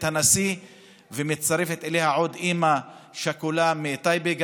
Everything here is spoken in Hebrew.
הנשיא ומצרפת אליה עוד אימא שכולה מטייבה.